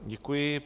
Děkuji.